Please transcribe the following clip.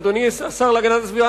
אדוני השר להגנת הסביבה,